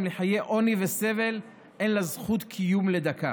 לחיי עוני וסבל אין לה זכות קיום לדקה.